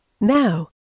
Now